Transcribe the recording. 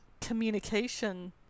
communication